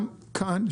גם כאן,